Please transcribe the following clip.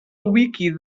wiki